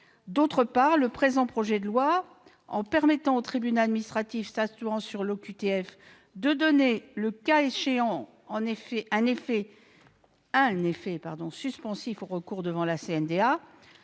D'autre part, le projet de loi, en permettant au tribunal administratif statuant sur une OQTF de donner, le cas échéant, un effet suspensif au recours devant la CNDA,